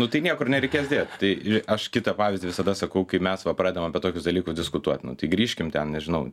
nu tai niekur nereikės dėt tai aš kitą pavyzdį visada sakau kai mes va pradedam apie tokius dalykus diskutuotuot nu tai grįžkim ten nežinau